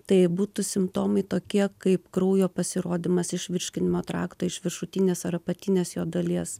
tai būtų simptomai tokie kaip kraujo pasirodymas iš virškinimo trakto iš viršutinės ar apatinės jo dalies